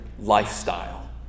lifestyle